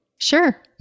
Sure